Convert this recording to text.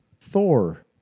Thor